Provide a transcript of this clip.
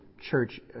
church